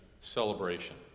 celebration